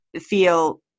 feel